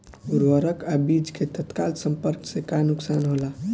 उर्वरक अ बीज के तत्काल संपर्क से का नुकसान होला?